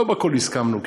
לא על הכול הסכמנו,